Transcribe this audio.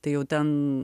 tai jau ten